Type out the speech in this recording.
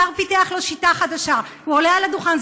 השר פיתח לו שיטה חדשה: הוא עולה על הדוכן,